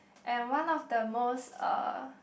and one of the most uh